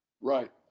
Right